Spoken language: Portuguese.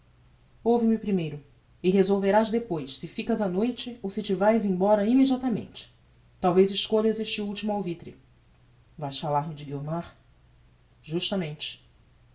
dentro ouve me primeiro e resolverás depois se ficas a noite ou se te vás embora immediatamente talvez escolhas este ultimo alvitre vás falar-me de guiomar justamente